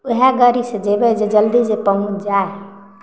उएह गाड़ीसँ जेबै जे जल्दी जे पहुँच जाय